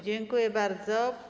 Dziękuję bardzo.